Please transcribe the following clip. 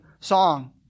song